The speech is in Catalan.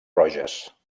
roges